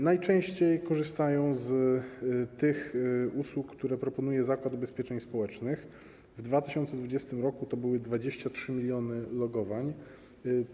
Najczęściej korzystają z tych usług, które proponuje Zakład Ubezpieczeń Społecznych - w 2020 r. to było 23 mln logowań.